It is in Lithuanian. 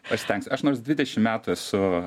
pasistenksiu aš nors dvidešim metų esu